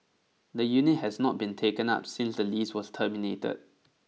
the unit has not been taken up since the lease was terminated